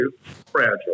fragile